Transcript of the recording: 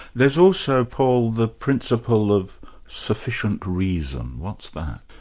there's also paul, the principle of sufficient reason. what's that?